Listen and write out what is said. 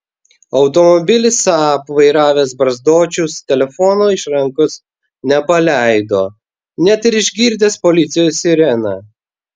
automobilį saab vairavęs barzdočius telefono iš rankos nepaleido net ir išgirdęs policijos sireną